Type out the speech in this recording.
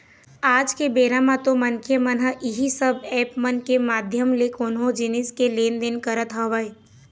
आज के बेरा म तो मनखे मन ह इही सब ऐप मन के माधियम ले कोनो जिनिस के लेन देन करत हवय